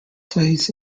plays